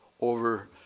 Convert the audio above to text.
over